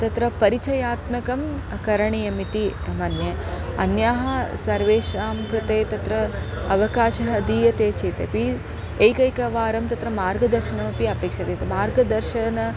तत्र परिचयात्मकं करणीयमिति मन्ये अन्याः सर्वेषां कृते तत्र अवकाशः दीयते चेत् अपि एकैकवारं तत्र मार्गदर्शनमपि अपेक्षते मार्गदर्शनं